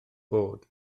bod